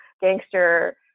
gangster